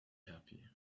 happy